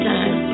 Time